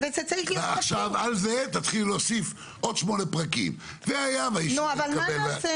עכשיו על זה תתחילו להוסיף עוד שמונה פרקים: והיה שהאישור לא התקבל.